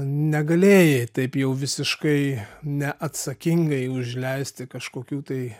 negalėjai taip jau visiškai neatsakingai užleisti kažkokių tai